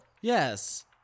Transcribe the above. Yes